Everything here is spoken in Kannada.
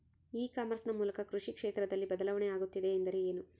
ಇ ಕಾಮರ್ಸ್ ನ ಮೂಲಕ ಕೃಷಿ ಕ್ಷೇತ್ರದಲ್ಲಿ ಬದಲಾವಣೆ ಆಗುತ್ತಿದೆ ಎಂದರೆ ಏನು?